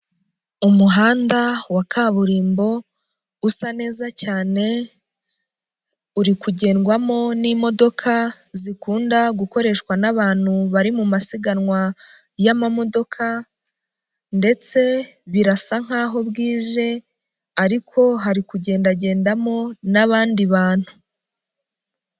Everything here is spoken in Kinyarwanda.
Umuhanda wa kaburimbo usa neza cyane, urikugendwamo n'imodoka zikunda gukoreshwa nabantu bari mumasiganwa y'amamodoka, ndetse birasa nkaho bwije, ariko hari kugendagendamo n'abandi bantu.